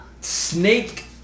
snake